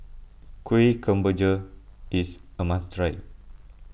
Kuih Kemboja is a must try